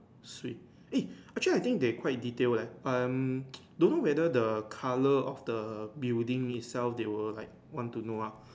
swee eh actually I think they quite detail leh um don't know whether the color of the building itself they were like one to know ah